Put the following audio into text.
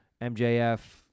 MJF